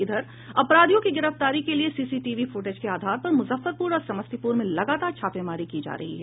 इधर अपराधियों की गिरफ्तारी के लिए सीसीटीवी फुटेज के आधार पर मुजफ्फरपुर और समस्तीपुर में लगातार छापेमारी की जा रही है